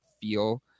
feel